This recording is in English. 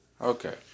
Okay